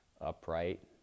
upright